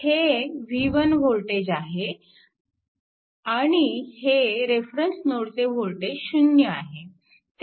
हे v1 voltage आहे आणि हे रेफरन्स नोडचे वोल्टेज 0 आहे